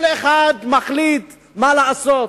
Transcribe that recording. כל אחד מחליט מה לעשות.